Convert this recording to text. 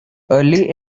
early